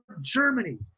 Germany